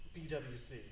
BWC